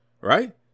Right